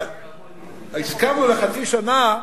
הסכמנו לחצי שנה,